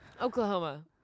Oklahoma